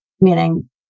meaning